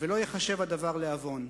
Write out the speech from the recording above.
ולא ייחשב הדבר לעוון.